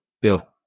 Bill